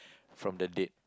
from the dead